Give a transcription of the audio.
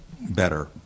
better